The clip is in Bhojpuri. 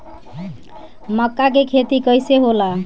मका के खेती कइसे होला?